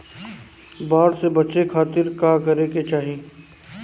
बाढ़ से बचे खातिर का करे के चाहीं?